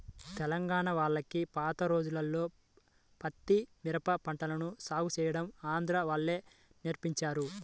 తెలంగాణా వాళ్లకి పాత రోజుల్లో పత్తి, మిరప పంటలను సాగు చేయడం ఆంధ్రా వాళ్ళే నేర్పించారు